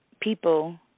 people